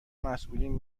مسئولین